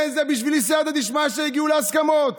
כן, זה בשבילי סייעתא דשמיא, שהגיעו להסכמות.